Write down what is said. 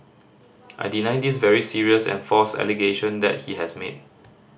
I deny this very serious and false allegation that he has made